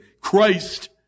Christ